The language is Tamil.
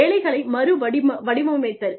வேலைகளை மறுவடிவமைத்தல்